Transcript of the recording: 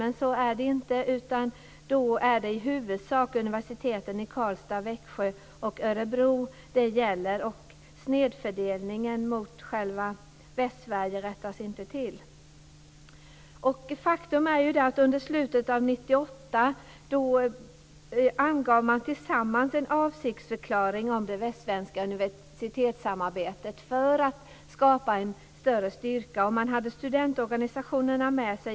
Men så är det inte, utan det är i huvudsak universiteten i Karlstad, Växjö och Örebro det gäller, och snedfördelningen mot själva Västsverige rättas inte till. Faktum är att under slutet av 1998 angav man tillsammans en avsiktsförklaring om det västsvenska universitetssamarbetet för att skapa en större styrka. Man hade studentorganisationerna med sig.